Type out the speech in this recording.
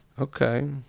okay